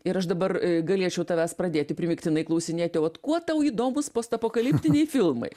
ir aš dabar galėčiau tavęs pradėti primygtinai klausinėti vat kuo tau įdomūs postapokaliptiniai filmai